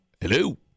Hello